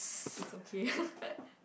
is okay